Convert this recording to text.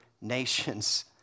nations